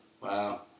Wow